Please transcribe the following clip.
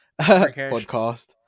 podcast